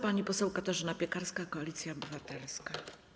Pani poseł Katarzyna Piekarska, Koalicja Obywatelska.